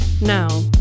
Now